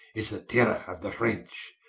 is the terror of the french,